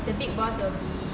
the big boss will be